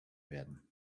werden